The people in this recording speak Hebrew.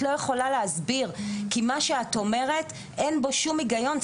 את לא יכולה להסביר כי מה שאת אומרת אין בו שום היגיון,